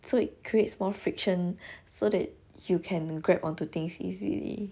so it creates more friction so that you can grab onto things easily